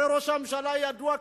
הרי ראש הממשלה ידוע,